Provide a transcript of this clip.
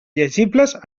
llegibles